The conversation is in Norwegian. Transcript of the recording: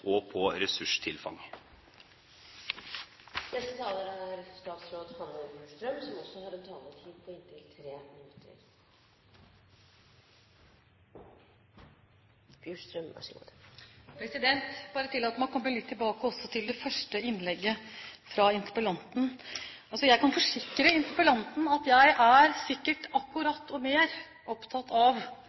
og på ressurstilfang? Jeg vil bare tillate meg å komme litt tilbake til også det første innlegget fra interpellanten. Jeg kan forsikre interpellanten om at jeg er sikkert akkurat like mye, og mer, opptatt av